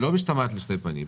שלא משתמעת לשתי פנים,